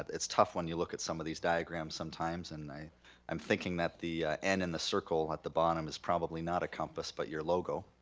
it's tough when you look at some of these diagrams sometimes and i'm thinking that the n in the circle at the bottom is probably not a compass, but your logo.